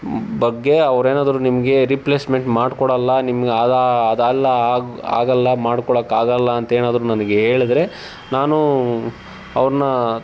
ಬಗ್ಗೆ ಅವರೇನಾದ್ರೂ ನಿಮಗೆ ರೀಪ್ಲೇಸ್ಮೆಂಟ್ ಮಾಡ್ಕೊಡೋಲ್ಲ ನಿಮ್ಗೆ ಅದು ಅದಲ್ಲ ಆಗ ಆಗೋಲ್ಲ ಮಾಡ್ಕೊಡೋಕಾಗಲ್ಲ ಅಂತೇನಾದರೂ ನನಗೆ ಹೇಳದ್ರೆ ನಾನು ಅವ್ರನ್ನು